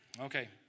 Okay